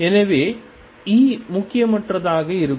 எனவே E முக்கியமற்றதாக இருக்கும்